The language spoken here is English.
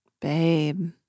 babe